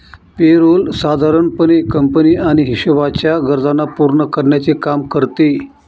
पे role साधारण पणे company आणि हिशोबाच्या गरजांना पूर्ण करण्याचे काम करते